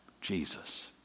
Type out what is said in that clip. Jesus